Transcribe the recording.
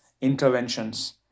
interventions